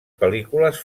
pel·lícules